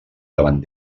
davant